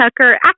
Tucker